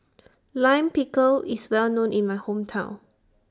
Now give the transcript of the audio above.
Lime Pickle IS Well known in My Hometown